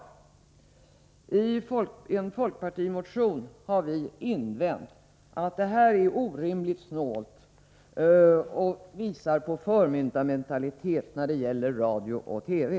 Folkpartiet har i en motion invänt mot detta. Vi tycker att motivtexten är orimligt snål och att den visar på förmyndarmentalitet när det gäller radio och TV.